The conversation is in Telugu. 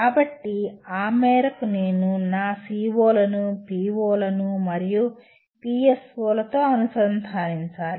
కాబట్టి ఆ మేరకు నేను నా CO లను PO లు మరియు PSO లతో అనుసంధానించాలి